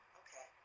okay